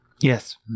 Yes